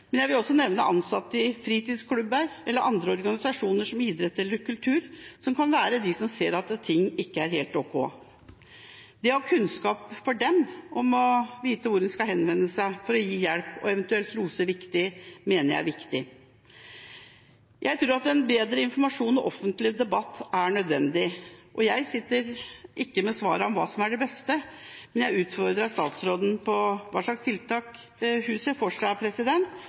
men jeg vil også nevne ansatte i fritidsklubber eller organisasjoner innenfor idrett eller kultur, som kan være dem som ser at ting ikke er helt ok. For dem å ha kunnskap om hvor en kan henvende seg for å gi hjelp og eventuelt lose videre, mener jeg er viktig. Jeg tror at bedre informasjon og offentlig debatt er nødvendig. Jeg sitter ikke med svarene på hva som er best, men jeg utfordrer statsråden på hva slags tiltak hun ser for seg